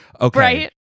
Okay